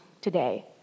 today